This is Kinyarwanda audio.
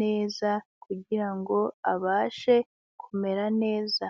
neza, kugira ngo abashe kumera neza.